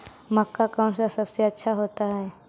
मक्का कौन सा सबसे अच्छा होता है?